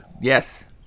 Yes